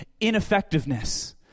ineffectiveness